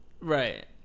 Right